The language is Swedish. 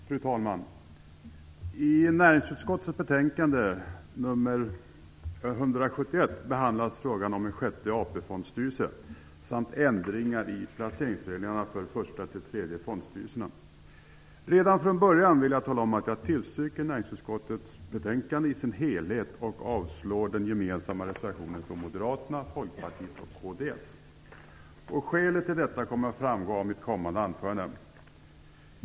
Fru talman! I näringsutskottets betänkande nr 171 behandlas frågan om en sjätte AP-fondstyrelse samt ändringar i placeringsreglerna för första till tredje fondstyrelserna. Redan från början vill jag tala om att jag tillstyrker näringsutskottets hemställan i dess helhet samt avstyrker den gemensamma reservationen från Moderaterna, Folkpartiet och Kristdemokraterna. Skälet till detta kommer att framgå av mitt kommande anförande.